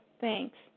Thanks